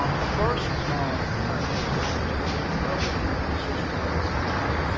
ah the first ah premise ah has remained relatively consistent over time,